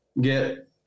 get